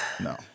No